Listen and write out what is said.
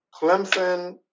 Clemson –